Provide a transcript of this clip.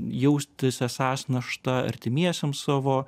jaustis esąs našta artimiesiems savo